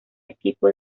equipo